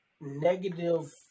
negative